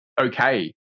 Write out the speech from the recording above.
okay